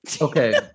Okay